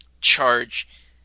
charge